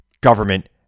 government